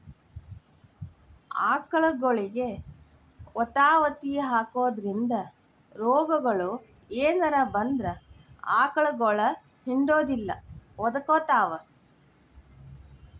ಆಕಳಗೊಳಿಗೆ ವತವತಿ ಹಾಕೋದ್ರಿಂದ ರೋಗಗಳು ಏನರ ಬಂದ್ರ ಆಕಳಗೊಳ ಹಿಂಡುದಿಲ್ಲ ಒದಕೊತಾವ